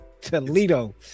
Toledo